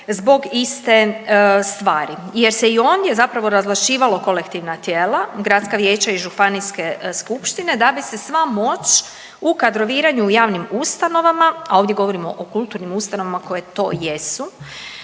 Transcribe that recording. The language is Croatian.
zbog iste stvari jer se i ondje zapravo razvlašćivalo kolektivna tijela, gradska vijeća i županijske skupštine da bi se sva moć u kadroviranju u javnim ustanovama, a ovdje govorimo o kulturnim ustanovama koje to jesu,